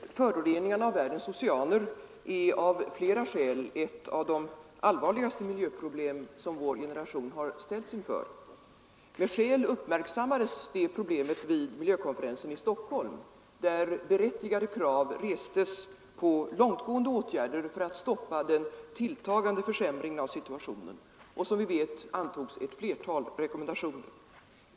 Herr talman! Föroreningarna av världens oceaner är av flera orsaker ett av de allvarligaste miljöproblem som vår generation har ställts inför. Med skäl uppmärksammades det problemet vid miljökonferensen i Stockholm, där berättigade krav restes på långtgående åtgärder för att stoppa den tilltagande försämringen av situationen. Som vi vet antogs ett flertal rekommendationer.